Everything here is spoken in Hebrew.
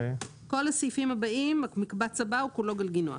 כל הסעיפים הבאים, המקבץ הבא, כולו גלגינוע.